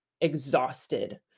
exhausted